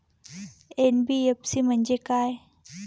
NBFC म्हणजे काय?